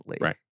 Right